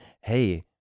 hey